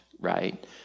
right